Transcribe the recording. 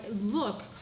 look